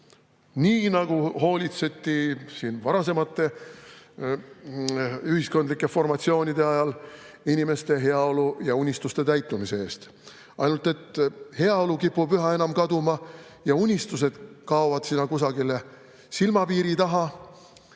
nii, nagu hoolitseti siin varasemate ühiskondlike formatsioonide ajal, inimeste heaolu ja unistuste täitumise eest. Ainult et heaolu kipub üha enam kaduma ja unistused kaovad kusagile silmapiiri taha